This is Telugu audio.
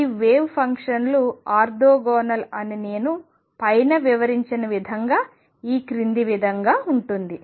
ఈ వేవ్ ఫంక్షన్లు ఆర్తోగోనల్ అని నేను పైన వివరించిన విధంగా ఇది క్రింది విధంగా ఉంటుంది